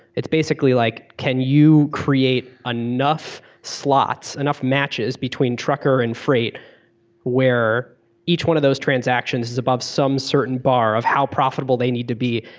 basically, like can you create enough slots, enough matches between trucker, and freight where each one of those transactions is above some certain bar of how profitable they need to be,